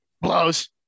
Blows